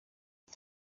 uyu